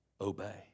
obey